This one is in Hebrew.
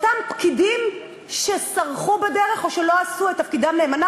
אותם פקידים שסרחו בדרך או שלא עשו את תפקידם נאמנה,